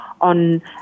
on